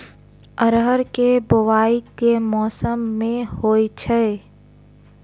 अरहर केँ बोवायी केँ मौसम मे होइ छैय?